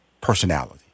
personality